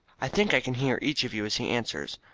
i think i can hear each of you as he answers.